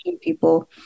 people